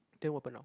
then will burn out